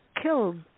killed